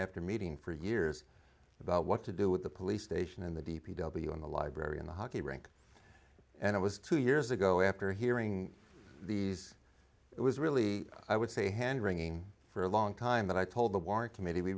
after meeting for years about what to do with the police station in the d p w in the library in the hockey rink and it was two years ago after hearing these it was really i would say hand wringing for a long time but i told the warren committee we